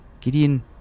Gideon